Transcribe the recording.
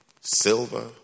silver